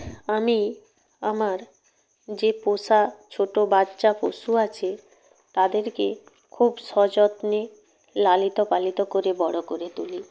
আমি আমার যে পোষা ছোটো বাচ্চা পশু আছে তাদেরকে খুব সযত্নে লালিত পালিত করে বড় করে তুলি